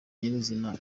nyir’izina